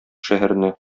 шәһәренә